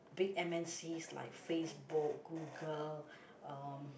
big M_N_Cs like Facebook Google um